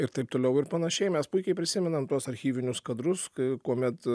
ir taip toliau ir panašiai mes puikiai prisimenam tuos archyvinius kadrus kai kuomet